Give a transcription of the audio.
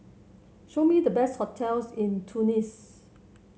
show me the best hotels in Tunis